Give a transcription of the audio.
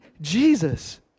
Jesus